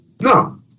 No